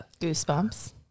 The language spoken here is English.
goosebumps